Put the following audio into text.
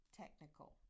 technical